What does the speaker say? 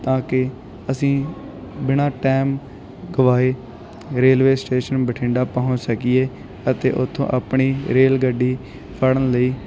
ਤਾਂ ਕਿ ਅਸੀਂ ਬਿਨਾ ਟਾਈਮ ਗਵਾਏ ਰੇਲਵੇ ਸਟੇਸ਼ਨ ਬਠਿੰਡਾ ਪਹੁੰਚ ਸਕੀਏ ਅਤੇ ਉੱਥੋਂ ਆਪਣੀ ਰੇਲ ਗੱਡੀ ਫੜਨ ਲਈ